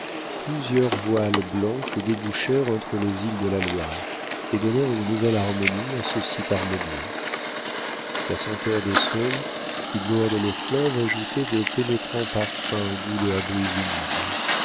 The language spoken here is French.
plusieurs voiles blanches débouchèrent entre les îles de la loire et donnèrent une nouvelle harmonie à ce site harmonieux la senteur des saules qui bordent le fleuve ajoutait de pénétrants parfums au goût de la brise humide